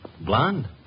Blonde